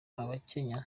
abakenya